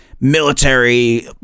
military